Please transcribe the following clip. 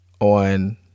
on